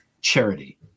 charity